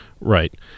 Right